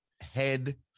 head